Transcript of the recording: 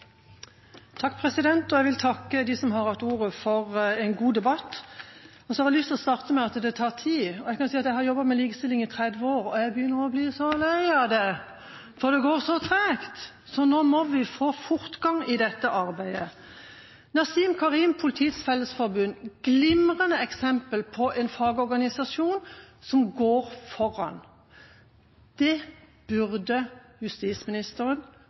Jeg vil takke dem som har hatt ordet, for en god debatt. Jeg har lyst til å starte med at dette tar tid. Jeg har jobbet med likestilling i 30 år, og jeg begynner å bli så lei av det, for det går så tregt – så nå må vi få fortgang i dette arbeidet. Nasim Karim og Politiets Fellesforbund er glimrende eksempel på en fagorganisasjon som går foran. Dette burde justisministeren